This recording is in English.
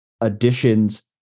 additions